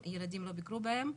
רבים, ילדים לא ביקרו בהן.